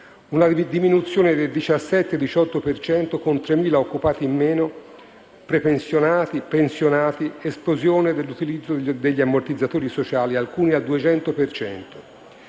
una diminuzione del 17-18 per cento, con 3.000 occupati in meno, prepensionati, pensionati, esplosione dell'utilizzo degli ammortizzatori sociali (alcuni al 200